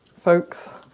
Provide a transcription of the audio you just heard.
folks